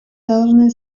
должны